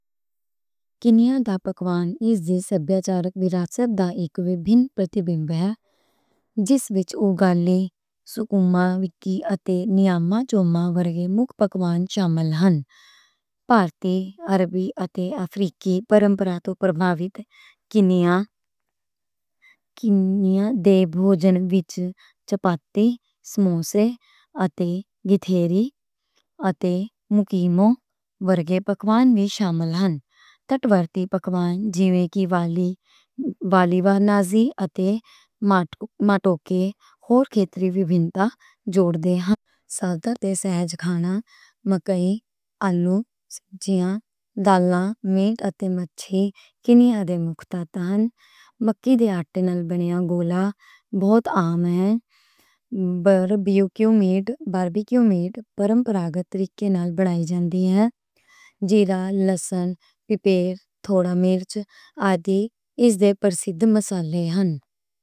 کینیا دا پکوان اس دس سبھیاچاری وراثت دا اک وکھرا عکس ہے۔ جس وچ اوگالی، سکوما ویکی اور نیاما چوما ورگے مکھ پکوان شامل ہن۔ پارٹی، عربی اور افریقی روایت توں متاثر کینیا دے کھانے وچ چپاتی، سموسے اور گیتھری اور مکیمو ورگے پکوان وکھرے ہن۔ ساحلی پکوان جاوے کی والی وا، نجی اور ماتوکے ہور خطے دے وکھرے ہن۔ سادہ تے سادہ کھانا مکئی، آلو، سبزیاں، دالاں، گوشت اور مچھلی کینیا دے مکھ کھانے ہن۔ مکئی دے آٹے نال بنے ہوئے اوگالی بہت عام نیں۔ باربیکیو گوشت روایت دی ترکیب نال تیار کیتی جان دی اے۔ زیرہ، لہسن، مرچ، تھوڑی مرچ وغیرہ اس دے پسندیدہ مسالے ہن۔